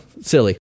silly